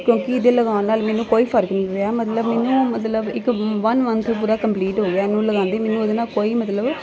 ਕਿਉਂਕਿ ਇਹਦੇ ਲਗਾਉਣ ਨਾਲ ਮੈਨੂੰ ਕੋਈ ਫ਼ਰਕ ਨਹੀਂ ਪਿਆ ਮਤਲਬ ਮੈਨੂੰ ਨਾ ਮਤਲਬ ਇੱਕ ਵੰਨ ਮੰਨਥ ਪੂਰਾ ਕੰਪਲੀਟ ਹੋ ਗਿਆ ਇਹਨੂੰ ਲਗਾਉਂਦੇ ਮੈਨੂੰ ਉਹਦੇ ਨਾਲ ਕੋਈ ਮਤਲਬ